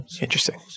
interesting